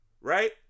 right